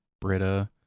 Britta